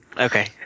Okay